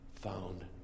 found